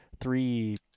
three